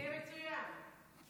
הסכם מצוין.